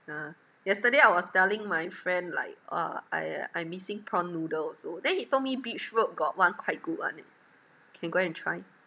ah yesterday I was telling my friend like uh I I missing prawn noodles so then he told me beach road got one quite good [one] eh can go and try